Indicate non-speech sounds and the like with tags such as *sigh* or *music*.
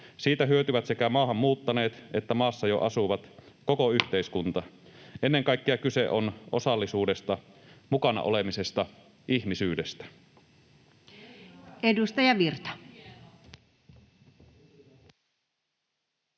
Siitä hyötyvät sekä maahan muuttaneet että maassa jo asuvat, koko yhteiskunta. *noise* Ennen kaikkea kyse on osallisuudesta, mukana olemisesta — ihmisyydestä.